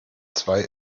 zwei